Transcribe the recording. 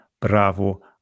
Bravo